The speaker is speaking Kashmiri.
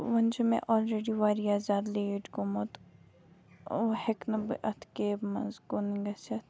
وۄنۍ چھِ مےٚ آلرٔڈی واریاہ زیادٕ لیٹ گوٚمُت وَ ہٮ۪کہٕ نہٕ بہٕ اَتھ کیبہِ منٛز کُن گٔژھِتھ